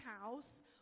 house